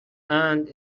and